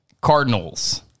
Cardinals